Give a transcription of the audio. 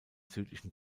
südlichen